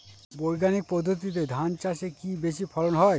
বৈজ্ঞানিক পদ্ধতিতে ধান চাষে কি বেশী ফলন হয়?